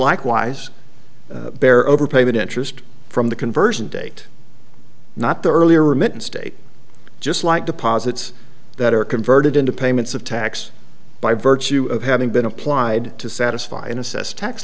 likewise bear overpayment interest from the conversion date not the earlier remittance state just like deposits that are converted into payments of tax by virtue of having been applied to satisfy an assessed tax